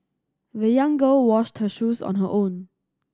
the young girl washed her shoes on her own